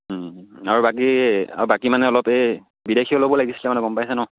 আৰু বাকী আৰু বাকী মানে অলপ এই বিদেশী অলপো লাগিছিলে মানে গম পাইছে নহ্